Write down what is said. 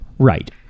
Right